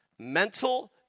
Mental